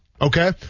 Okay